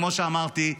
כמו שאמרתי,